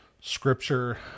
Scripture